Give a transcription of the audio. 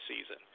season